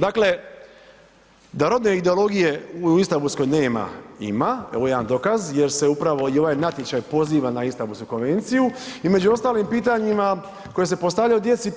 Dakle, da rodne ideologije u Istambulskoj nema, ima, evo jedan dokaz jer se upravo i ovaj natječaj poziva na Istambulsku konvenciju i među ostalim pitanjima koja se postavljaju djecu,